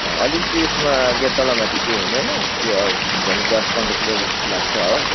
अलिकति यसमा के तलमाथि के हुँदैन त्यो अब झन्डै दस पन्ध्र किलो जस्तो लाग्छ हो